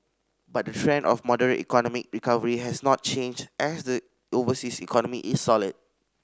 but the trend of moderate economic recovery has not changed as the overseas economy is solid